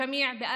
חג שמח.